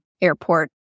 airport